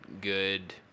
good